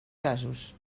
casos